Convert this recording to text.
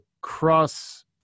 cross